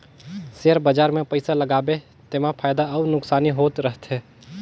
share बजार मे पइसा लगाबे तेमा फएदा अउ नोसकानी होत रहथे